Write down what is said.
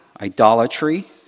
idolatry